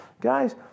Guys